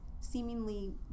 seemingly